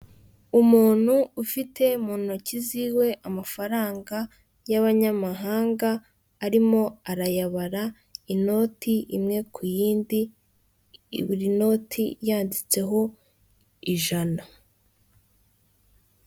Umuntu ufite mu intoki ziwe amafaranga y'abanyamahanga arimo arayabara, inoti imwe ku iy'indi, inoti yanditseho ijana.